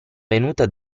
venuta